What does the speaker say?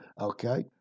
okay